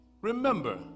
remember